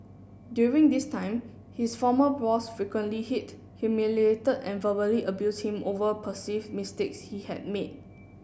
during this time his former boss frequently hit humiliated and verbally abused him over perceived mistakes he had made